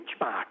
benchmark